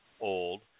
old